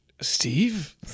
steve